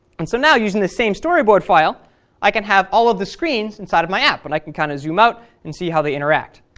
and so now using this same storyboard file i can have all of the screens inside of my app, and i can kind of zoom out and see how they interact.